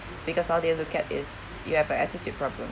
because all they look at is you have a attitude problem